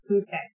Okay